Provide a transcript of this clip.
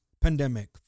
pandemic